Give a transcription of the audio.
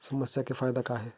समस्या के का फ़ायदा हे?